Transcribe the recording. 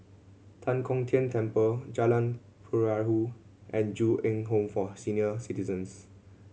Tan Kong Tian Temple Jalan Perahu and Ju Eng Home for Senior Citizens